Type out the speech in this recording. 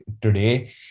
today